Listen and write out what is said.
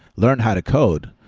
learn how to code,